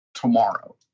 tomorrow